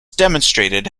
demonstrated